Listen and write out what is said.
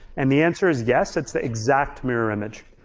and the answer is yes, it's the exact mirror image.